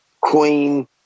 Queen